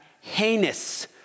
heinous